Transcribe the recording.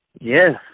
Yes